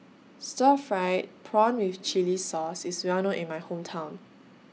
Stir Fried Prawn with Chili Sauce IS Well known in My Hometown